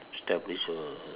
establish a